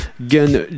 Gun